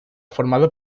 formado